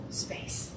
space